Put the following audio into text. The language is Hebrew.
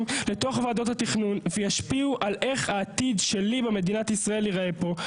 לתוך ועדות התכנון ישפיעו על איך העתיד שלי במדינת ישראל ייראה פה.